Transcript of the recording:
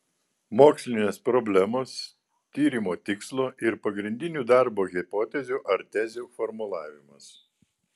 mokslinės problemos tyrimo tikslo ir pagrindinių darbo hipotezių ar tezių formulavimas